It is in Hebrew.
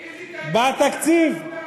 בתקציב.